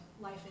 life